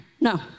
no